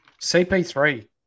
CP3